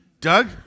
doug